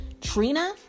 Trina